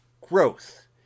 growth